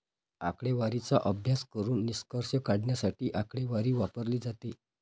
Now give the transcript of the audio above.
आकडेवारीचा अभ्यास करून निष्कर्ष काढण्यासाठी आकडेवारी वापरली जाते